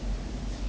orh